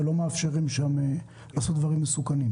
ולא מאפשרים לעשות דברים מסוכנים.